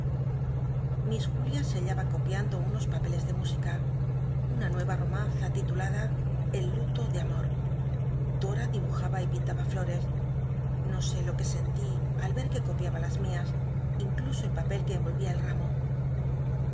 jul ia se halhtba copiando unos papeles de musica una nuera omanza titulada el luto de amor i dol'a dibujaba y pintaba llol'es no sé lo que sentí al i ci que copiaba las mias incluso el papel que enrolria el amo